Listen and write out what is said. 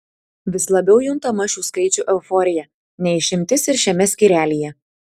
vis labiau juntama šių skaičių euforija ne išimtis ir šiame skyrelyje